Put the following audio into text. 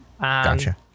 Gotcha